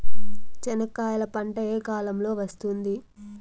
చెనక్కాయలు పంట ఏ కాలము లో వస్తుంది